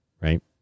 right